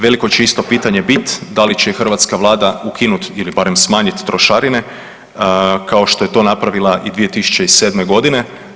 Veliko će isto pitanje biti da li će hrvatska Vlada ukinuti ili barem smanjiti trošarine kao što je to napravila i 2007. godine.